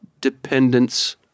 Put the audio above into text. dependence